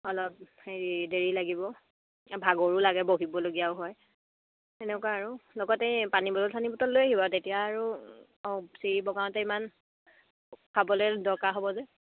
অলপ হেৰি দেৰি লাগিব ভাগৰো লাগে বহিবলগীয়াও হয় তেনেকুৱা আৰু লগতে এই পানী বটল চানি বটল লৈ আহিব তেতিয়া আৰু অঁ চিৰি বগাওতে ইমান খাবলৈ দৰকাৰ হ'ব যে